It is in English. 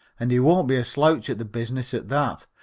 and he won't be a slouch at the business at that.